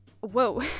whoa